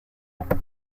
rete